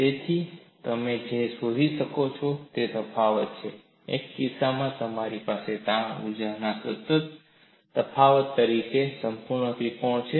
તેથી તમે જે શોધી શકશો તે છે તે તફાવત છે એક કિસ્સામાં તમારી પાસે તાણ ઊર્જાના તફાવત તરીકે સંપૂર્ણ ત્રિકોણ છે